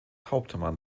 hauptmann